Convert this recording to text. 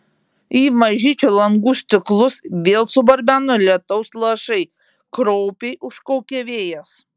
į mažyčių langų stiklus vėl subarbeno lietaus lašai kraupiai užkaukė vėjas